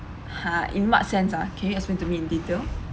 !huh! in what sense ah can you explain to me in detail